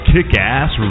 Kick-Ass